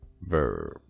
verb